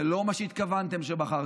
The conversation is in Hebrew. זה לא מה שהתכוונתם כשבחרתם.